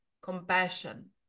compassion